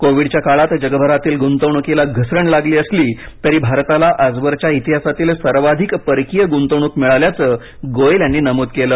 कोविडच्या काळात जगभरातील गुंतवणुकीला घसरण लागली असली तरी भारताला आजवरच्या इतिहासातील सर्वाधिक परकीय गुंतवणूक मिळाल्याचं गोयल यांनी नमूद केलं